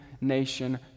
nation